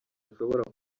ashobora